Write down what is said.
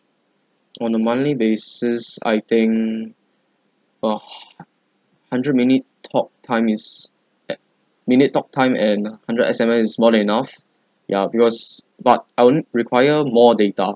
on a monthly basis I think the h~ hundred minute talk time is uh minute talk time and hundred S_M_S is more than enough ya because but I would require more data